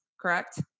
correct